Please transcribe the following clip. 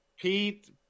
Pete